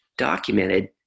documented